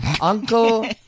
Uncle